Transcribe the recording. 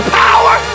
power